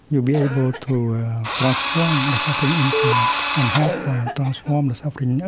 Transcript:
you'll be able to transform the suffering inside and help transform the suffering you know